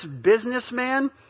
businessman